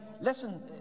listen